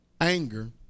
anger